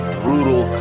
brutal